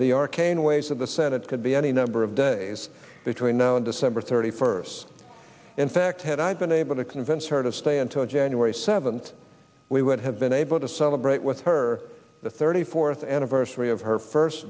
the arcane ways of the senate could be any number of days between now and december thirty first in fact had i been able to convince her to stay until january seventh we would have been able to celebrate with her the thirty fourth anniversary of her first